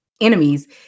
enemies